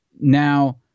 Now